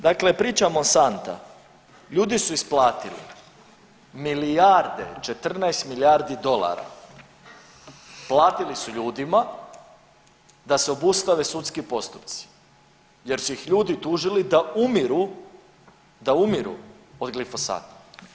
Dakle, priča Monsanta, ljudi su isplatili milijarde, 14 milijardi dolara platili su ljudima da se obustave sudski postupci, jer su ih ljudi tužili da umiru, da umiru od glifosata.